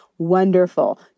wonderful